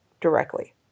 directly